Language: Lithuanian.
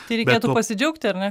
tai reikėtų pasidžiaugti ar ne